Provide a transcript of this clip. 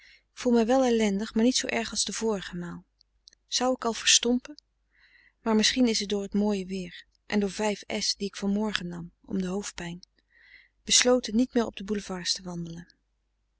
voel mij wel ellendig maar niet zoo erg als de vorige maal zou ik al verstompen maar misschien is t door t mooie weer en door die ik van morgen nam om de hoofdpijn besloten niet meer op de boulevards te wandelen